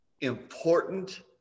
important